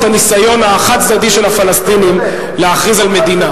הניסיון החד-צדדי של הפלסטינים להכריז על מדינה.